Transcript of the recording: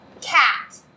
Cat